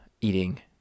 eating